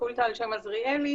הפקולטה על שם עזריאלי.